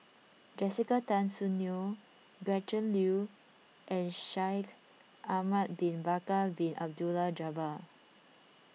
Jessica Tan Soon Neo Gretchen Liu and Shaikh Ahmad Bin Bakar Bin Abdullah Jabbar